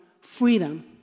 freedom